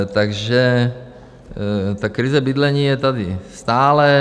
Takže krize bydlení je tady stále.